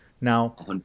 now